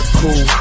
cool